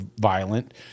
violent